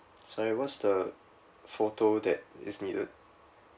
sorry what's the photo that is needed